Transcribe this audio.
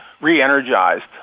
re-energized